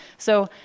so,